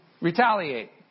retaliate